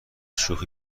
شوخی